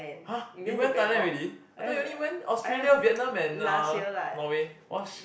!huh! you went Thailand already I thought you only went Australia Vietnam and uh Norway !wah! sh~